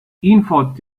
infot